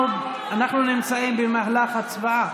אנחנו נמצאים במהלך הצבעה.